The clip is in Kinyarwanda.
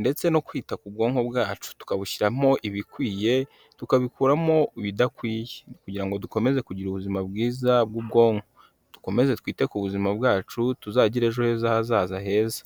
ndetse no kwita ku bwonko bwacu tukabushyiramo ibikwiye tukabukuramo ibidakwiye kugira ngo dukomeze kugira ubuzima bwiza bw'ubwonko dukomeze twite ku buzima bwacu tuzagira ejo heza hazaza heza.